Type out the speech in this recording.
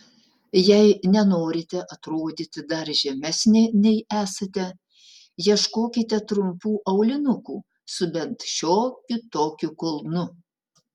jei nenorite atrodyti dar žemesnė nei esate ieškokite trumpų aulinukų su bent šiokiu tokiu kulnu